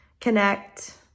connect